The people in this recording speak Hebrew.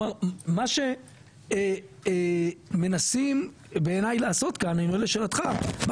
מה שמנסים בעיני לעשות כאן אני עונה לשאלתך,